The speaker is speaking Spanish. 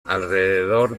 alrededor